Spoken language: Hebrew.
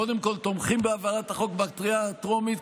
אנחנו קודם כול תומכים בהעברת החוק בקריאה הטרומית,